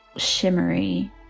Shimmery